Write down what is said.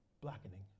blackening